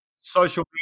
Social